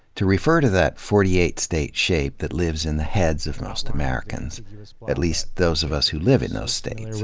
to refer to that forty eight state shape that lives in the heads of most americans at least those of us who live in those states,